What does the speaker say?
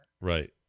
right